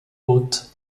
hautes